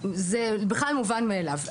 זה מובן מאליו.